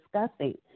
discussing